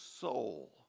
soul